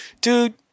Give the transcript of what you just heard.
dude